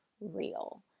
real